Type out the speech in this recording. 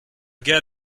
gars